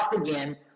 again